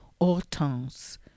Hortense